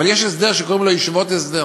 אבל יש הסדר שקוראים לו ישיבות הסדר,